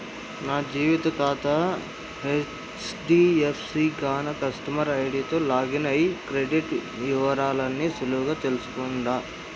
నా జీతం కాతా హెజ్డీఎఫ్సీ గాన కస్టమర్ ఐడీతో లాగిన్ అయ్యి క్రెడిట్ ఇవరాల్ని సులువుగా తెల్సుకుంటుండా